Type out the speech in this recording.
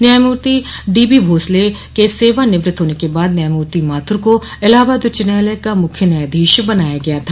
न्यायमूर्ति डीबी भोसले के सेवानिवृत्त होने के बाद न्यायमूर्ति माथुर को इलाहाबाद उच्च न्यायालय का मुख्य न्यायाधीश बनाया गया था